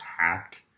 hacked